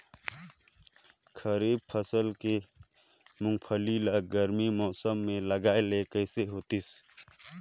खरीफ फसल के मुंगफली ला गरमी मौसम मे लगाय ले कइसे होतिस?